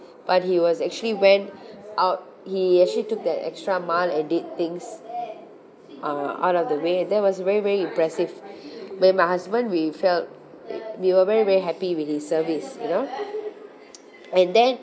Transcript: but he was actually went out he actually took that extra mile and did things uh out of the way that was very very impressive me and my husband we felt we we were very very happy with his service you know and then